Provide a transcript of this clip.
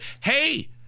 hey-